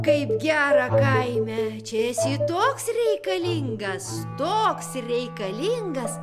kaip gera kaime čia esi toks reikalingas toks reikalingas